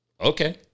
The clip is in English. okay